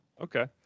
Okay